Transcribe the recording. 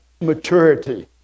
maturity